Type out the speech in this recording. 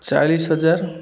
ଚାଳିଶ ହଜାର